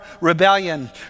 rebellion